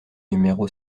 numéro